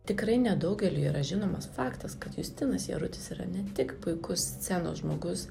tikrai nedaugeliui yra žinomas faktas kad justinas jarutis yra ne tik puikus scenos žmogus